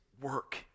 work